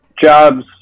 jobs